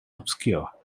obscure